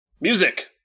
Music